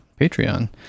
Patreon